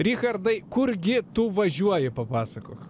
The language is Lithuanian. richardai kurgi tu važiuoji papasakok